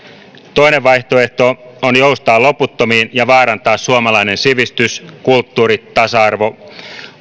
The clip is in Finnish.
toinen vaihtoehto on joustaa loputtomiin ja vaarantaa suomalainen sivistys kulttuuri tasa arvo